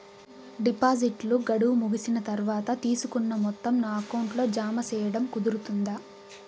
డిపాజిట్లు గడువు ముగిసిన తర్వాత, తీసుకున్న మొత్తం నా అకౌంట్ లో జామ సేయడం కుదురుతుందా?